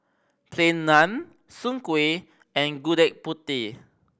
Plain Naan Soon Kueh and Gudeg Putih